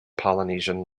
polynesian